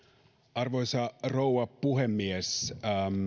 arvoisa rouva puhemies